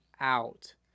out